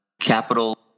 capital